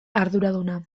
arduraduna